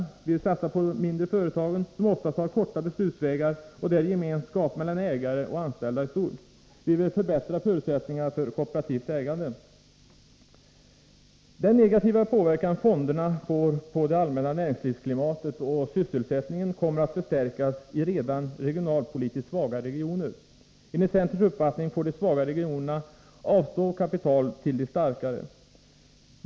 Vi vill satsa på de mindre företagen, som oftast har korta beslutsvägar och där gemenskap mellan ägare och anställda är stor. Vi vill förbättra förutsättningarna för kooperativt ägande. Den negativa påverkan fonderna får på det allmänna näringslivsklimatet och sysselsättningen kommer att förstärkas i redan regionalpolitiskt svaga regioner. Enligt centerns uppfattning får de svaga regionerna avstå kapital till de starkare.